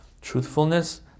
truthfulness